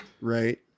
right